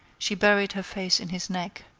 she buried her face in his neck,